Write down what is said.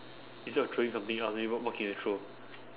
instead of throwing something else then wha~ what can you throw